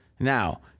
Now